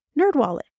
NerdWallet